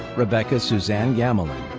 rebecca suzanne gamelin,